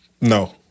No